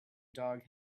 dog